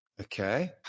Okay